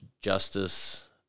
justice